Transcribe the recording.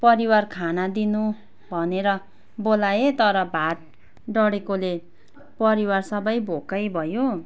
परिवार खाना दिनु भनरे बोलाएँ तर भात डडेकोले परिवार सबै भोकै भयो